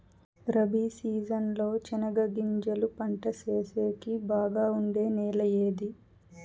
Rabi season లో చెనగగింజలు పంట సేసేకి బాగా ఉండే నెల ఏది?